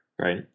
right